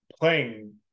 playing